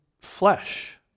flesh